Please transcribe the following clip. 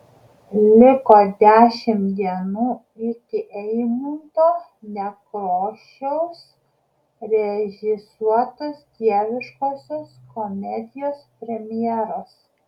liko dešimt dienų iki eimunto nekrošiaus režisuotos dieviškosios komedijos premjeros